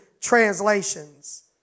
translations